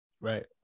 right